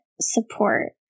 support